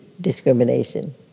discrimination